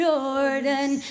Jordan